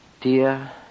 Dear